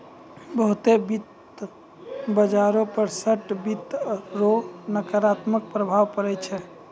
बहुते वित्त बाजारो पर शार्ट वित्त रो नकारात्मक प्रभाव पड़ै छै